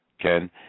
Ken